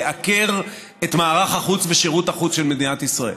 לעקר את מערך החוץ ושירות החוץ של מדינת ישראל.